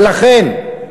ולכן,